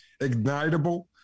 ignitable